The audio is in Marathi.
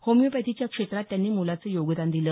होमियोपॅथीच्या क्षेत्रात त्यांनी मोलाचं योगदान दिलं